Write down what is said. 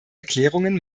erklärungen